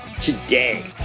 today